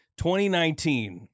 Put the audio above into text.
2019